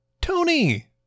Tony